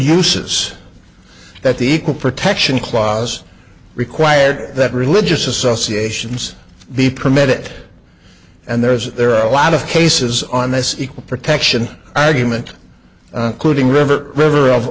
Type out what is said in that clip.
uses that the equal protection clause required that religious associations be permitted and there is there are a lot of cases on this equal protection argument rooting river river of